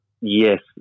Yes